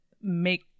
make